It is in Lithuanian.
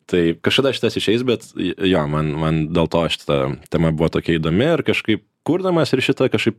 taip kažkada šitas išeis bet jo man man dėl to šita tema buvo tokia įdomi ir kažkaip kurdamas ir šitą kažkaip